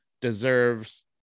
deserves